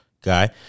guy